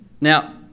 Now